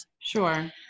Sure